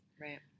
Right